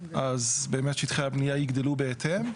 אז באמת שטחי הבנייה יגדלו בהתאם,